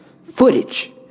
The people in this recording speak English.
footage